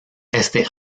este